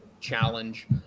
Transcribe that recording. challenge